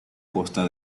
costa